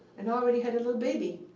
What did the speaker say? and already had a little baby.